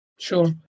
Sure